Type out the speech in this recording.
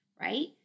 right